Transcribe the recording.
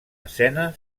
escena